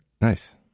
Nice